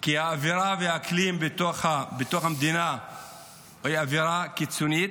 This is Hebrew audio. כי האווירה והאקלים בתוך המדינה הם קיצוניים,